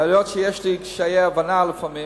היות שיש לי קשיי הבנה לפעמים,